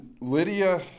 Lydia